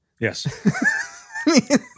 Yes